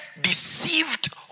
deceived